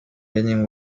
many